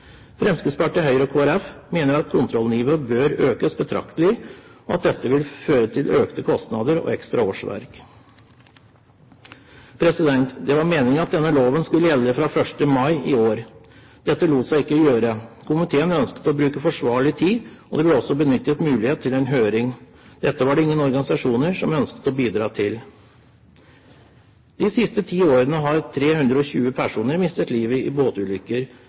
Fremskrittspartiet, Høyre og Kristelig Folkeparti mener at kontrollnivået bør økes betraktelig, og at dette vil føre til økte kostnader og ekstra årsverk. Det var meningen at denne loven skulle gjelde fra 1. mai i år. Dette lot seg ikke gjøre. Komiteen ønsket å bruke forsvarlig tid, og det ble også benyttet muligheten til å ha en høring. Dette var det ingen organisasjoner som ønsket å bidra til. De siste ti årene har 320 personer mistet livet i båtulykker,